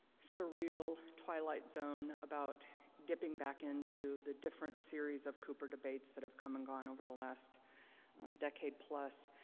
surreal, twilight zone, about dipping back in to the different series of cooper debates that have come and gone over the last um decade plus,